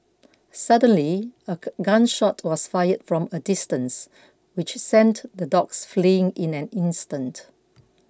suddenly a gun shot was fired from a distance which sent the dogs fleeing in an instant